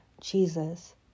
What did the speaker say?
Jesus